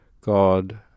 God